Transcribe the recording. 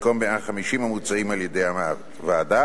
במקום 150 המוצעים על-ידי הוועדה,